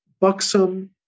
buxom